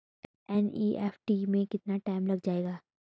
NEFT में कितना time लग जाएगा?